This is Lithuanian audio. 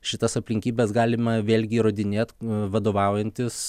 šitas aplinkybes galima vėlgi įrodinėt vadovaujantis